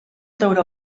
tauró